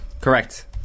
Correct